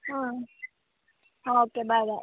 ಹಾಂ okay bye ಬಾಯ್